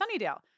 Sunnydale